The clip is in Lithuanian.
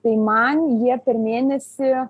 tai man jie per mėnesį